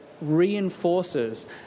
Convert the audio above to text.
reinforces